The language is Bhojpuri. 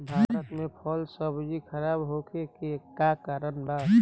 भारत में फल सब्जी खराब होखे के का कारण बा?